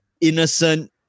innocent